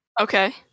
Okay